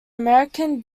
american